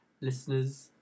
listeners